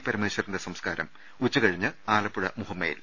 പരമേശ്വരന്റെ സംസ്കാരം ഉച്ചുകഴിഞ്ഞ് ആലപ്പുഴ മുഹമ്മയിൽ